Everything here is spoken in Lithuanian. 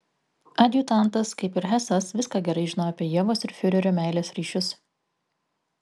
adjutantas kaip ir hesas viską gerai žinojo apie ievos ir fiurerio meilės ryšius